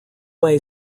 way